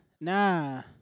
nah